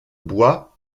bois